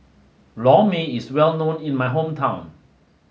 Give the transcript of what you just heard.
Lor mee is well known in my hometown